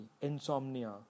insomnia